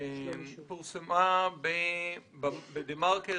היא פורסמה ב"דה מרקר"